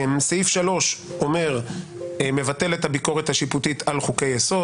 סעיף 3 מבטל את הביקורת השיפוטית על חוקי יסוד.